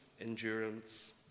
endurance